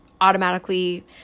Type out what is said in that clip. automatically